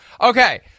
Okay